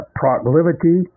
proclivity